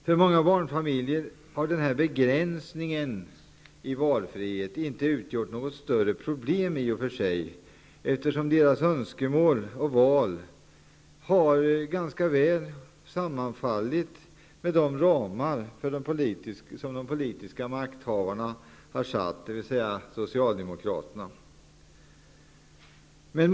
För många barnfamiljer har denna begränsning i valfrihet inte utgjort något större problem, eftersom deras önskemål ganska väl har sammanfallit med de ramar som de politiska makthavarna, dvs. socialdemokraterna, har satt upp.